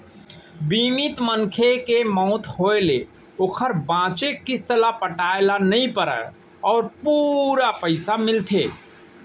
बीमित मनखे के मउत होय ले ओकर बांचे किस्त ल पटाए ल नइ परय अउ पूरा पइसा मिलथे